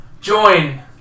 join